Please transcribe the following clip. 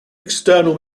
external